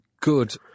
good